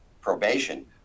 probation